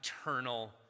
eternal